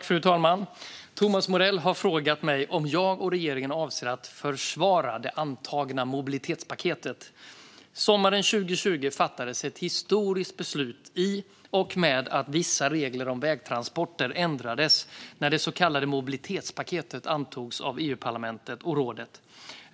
Fru talman! Thomas Morell har frågat mig om jag och regeringen avser att försvara det antagna mobilitetspaketet. Sommaren 2020 fattades ett historiskt beslut i och med att vissa regler om vägtransporter ändrades när det så kallade mobilitetspaketet antogs av EU-parlamentet och rådet.